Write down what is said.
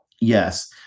yes